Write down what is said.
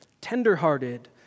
tenderhearted